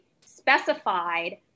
specified